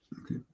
Okay